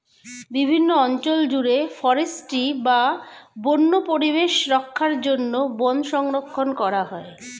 বিভিন্ন অঞ্চল জুড়ে ফরেস্ট্রি বা বন্য পরিবেশ রক্ষার জন্য বন সংরক্ষণ করা হয়